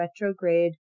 retrograde